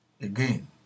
again